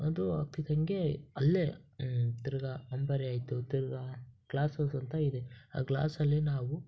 ಅದು ಆಗ್ತಿದ್ದಂಗೆ ಅಲ್ಲೇ ತಿರ್ಗಾ ಅಂಬಾರಿ ಆಯಿತು ತಿರ್ಗಾ ಗ್ಲಾಸೌಸ್ ಅಂತ ಇದೆ ಆ ಗ್ಲಾಸಲ್ಲಿ ನಾವು